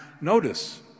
notice